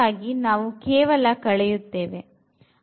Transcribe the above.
ಅದಕ್ಕಾಗಿ ನಾವು ಕೇವಲ ಕಳೆಯುತ್ತೇವೆ ಅಂದರೆ